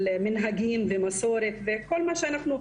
מנהגים ומסורת וכל מה שאנחנו,